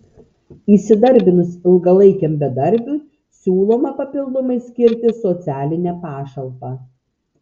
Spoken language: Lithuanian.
įsidarbinus ilgalaikiam bedarbiui siūloma papildomai skirti socialinę pašalpą